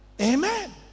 Amen